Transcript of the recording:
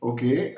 Okay